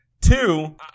Two